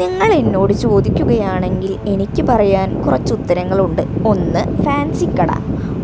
നിങ്ങളെന്നോട് ചോദിക്കുകയാണെങ്കിൽ എനിക്ക് പറയാൻ കുറച്ച് ഉത്തരങ്ങളുണ്ട് ഒന്ന് ഫാൻസി കട